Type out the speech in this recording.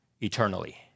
eternally